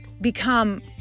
become